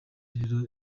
rero